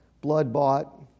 blood-bought